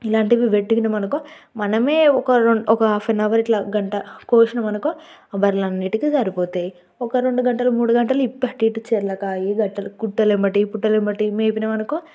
ఇలాంటివి పెట్టినమనుకో మనమే ఒక రొన్ ఒకా హాఫనవర్ ఇట్లా గంట కోసినం అనుకో ఆ బ ర్రెలన్నిటికి సరిపోతాయి ఒక రెండు గంటలు మూడు గంటలు ఇప్పి అటు ఇటు చెర్లకా గుట్టలమ్మటి పుట్టలమ్మటి మేపినమనుకో